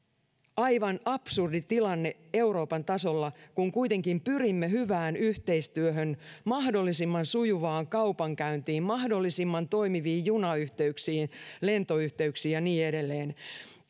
aivan absurdi tilanne euroopan tasolla kun kuitenkin pyrimme hyvään yhteistyöhön mahdollisimman sujuvaan kaupankäyntiin mahdollisimman toimiviin junayhteyksiin lentoyhteyksiin ja niin edelleen